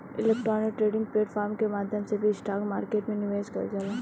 electronic trading platform के माध्यम से भी स्टॉक मार्केट में निवेश कईल जाला